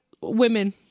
women